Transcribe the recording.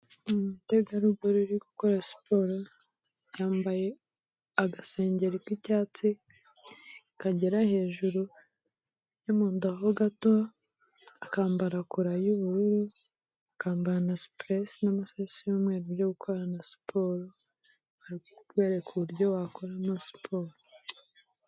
Umutegarugori uri gukora siporo yambaye agasengero k'icyatsi kagera hejuru yo mu nda ho gato, akambara kora y'ubururu, akambana supurese n'amasogisi y'umweru yo gukorana siporo bari kukwereka uburyo wakoramo siporo.